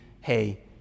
hey